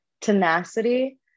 tenacity